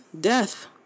Death